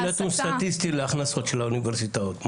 אתם נתון סטטיסטי להכנסות של האוניברסיטאות.